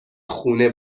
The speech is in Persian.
خونه